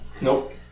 Nope